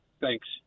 Thanks